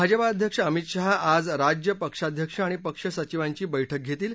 भाजपा अध्यक्ष अमित शहा आज राज्य पक्षाध्यक्ष आणि पक्ष सचीवांची बैठक घेतील